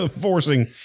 forcing